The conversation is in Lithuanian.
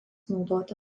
naudoti